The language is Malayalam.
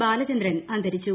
ബാലചന്ദ്രൻ അന്തരിച്ചു